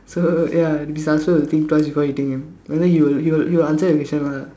so ya his answer will think twice before hitting him whether he will he will answer the question one ah